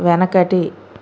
వెనకటి